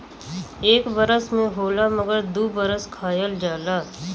एक बरस में होला मगर दू बरस खायल जाला